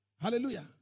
Hallelujah